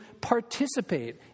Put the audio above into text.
participate